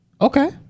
Okay